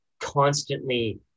constantly